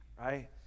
right